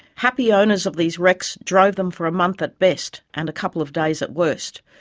happy owners of these wrecks drove them for a month at best, and a couple of days at worst,